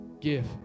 Give